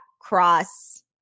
cross